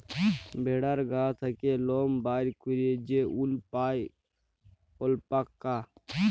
ভেড়ার গা থ্যাকে লম বাইর ক্যইরে যে উল পাই অল্পাকা